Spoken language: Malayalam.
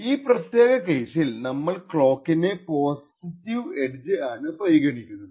ഈ പ്രത്യേക കേസിൽ നമ്മൾ ക്ലോക്കിന്റെ പോസിറ്റീവ് എഡ്ജ് ആണ് പരിഗണിക്കുന്നത്